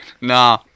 Nah